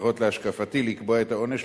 להשקפתי לקבוע את העונש,